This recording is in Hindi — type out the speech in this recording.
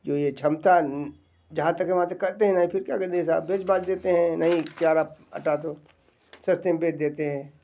जो ये क्षमता जहाँ तक है वहाँ तक काटते हैं ना तो फिर क्या कहते हैं साहब बेच बाच देते हैं नहीं चारा अटा तो सस्ते में बेच देते हैं